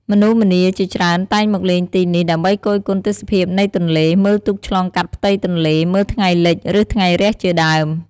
មនុស្សម្នាជាច្រើនតែងមកលេងទីនេះ ដើម្បីគយគន់ទេសភាពនៃទន្លេ មើលទូកឆ្លងកាត់ផ្ទៃទន្លេ មើលថ្ងៃលិច ឬថ្ងៃរះជាដើម។